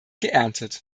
geerntet